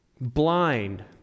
blind